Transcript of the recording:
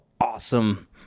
awesome